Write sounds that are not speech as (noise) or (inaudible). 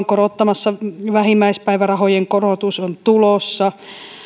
(unintelligible) korottamassa vähimmäispäivärahojen korotus on tulossa